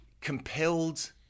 compelled